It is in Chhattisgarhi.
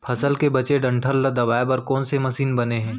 फसल के बचे डंठल ल दबाये बर कोन से मशीन बने हे?